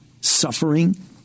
suffering